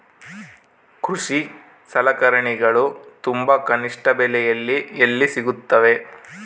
ಕೃಷಿ ಸಲಕರಣಿಗಳು ತುಂಬಾ ಕನಿಷ್ಠ ಬೆಲೆಯಲ್ಲಿ ಎಲ್ಲಿ ಸಿಗುತ್ತವೆ?